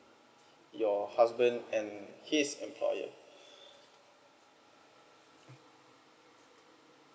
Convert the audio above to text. your husband and his employer